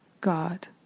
God